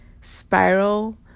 spiral